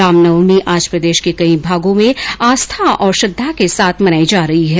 रामनवमी आज प्रदेश के कई भागों में आस्था और श्रद्वा के साथ मनाई जा रही है